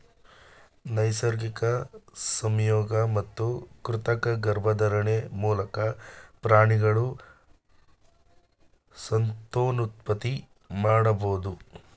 ನೈಸರ್ಗಿಕ ಸಂಯೋಗ ಮತ್ತು ಕೃತಕ ಗರ್ಭಧಾರಣೆ ಮೂಲಕ ಪ್ರಾಣಿಗಳು ಸಂತಾನೋತ್ಪತ್ತಿ ಮಾಡಬೋದು